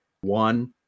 One